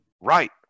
Right